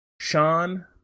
Sean